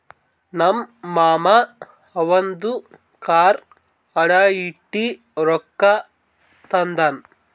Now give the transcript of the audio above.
ನಮ್ ಮಾಮಾ ಅವಂದು ಕಾರ್ ಅಡಾ ಇಟ್ಟಿ ರೊಕ್ಕಾ ತಂದಾನ್